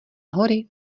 hory